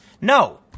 No